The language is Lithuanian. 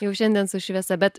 jau šiandien su šviesa bet